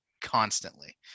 constantly